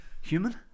human